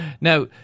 now